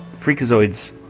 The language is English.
Freakazoid's